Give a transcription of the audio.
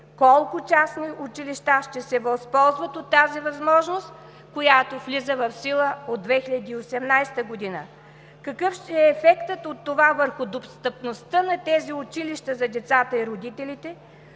колко частни училища ще се възползват от тази възможност, която влиза в сила от 2018 г.; какъв ще е ефектът от това върху достъпността на тези училища за децата и родителите;